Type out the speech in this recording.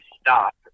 stop